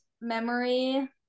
memory